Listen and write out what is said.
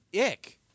Ick